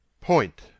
POINT